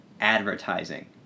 advertising